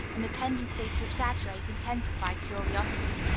and the tendency to exaggerate intensified curiosity.